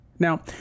Now